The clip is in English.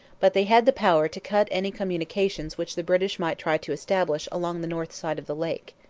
but they had the power to cut any communications which the british might try to establish along the north side of the lake.